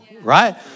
Right